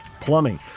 Plumbing